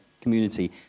community